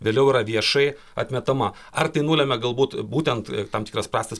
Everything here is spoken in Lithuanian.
vėliau yra viešai atmetama ar tai nulemia galbūt būtent tam tikras prastas